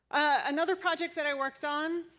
another project that i worked on,